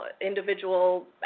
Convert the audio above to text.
individual